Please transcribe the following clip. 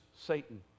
Satan